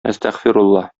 әстәгъфирулла